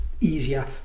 easier